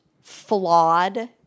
flawed